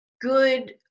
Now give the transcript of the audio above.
good